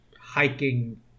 hiking